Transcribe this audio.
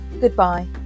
Goodbye